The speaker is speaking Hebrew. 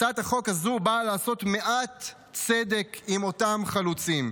הצעת החוק הזו באה לעשות מעט צדק עם אותם חלוצים,